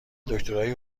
دکترای